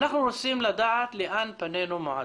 אנחנו רוצים לדעת לאן פנינו מועדות.